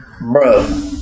bro